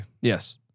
Yes